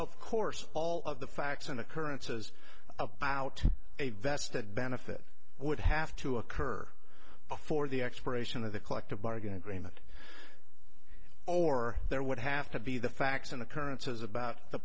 of course all of the facts and occurrences about a vested benefit would have to occur before the expiration of the collective bargaining agreement or there would have to be the facts and occurrences about the